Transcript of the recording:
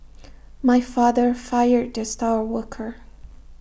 my father fired the star worker